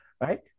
right